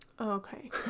Okay